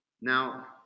Now